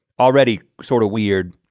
already sort of weird.